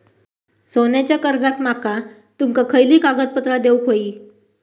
सोन्याच्या कर्जाक माका तुमका खयली कागदपत्रा देऊक व्हयी?